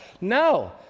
No